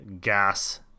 Gas